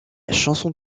chanson